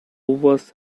was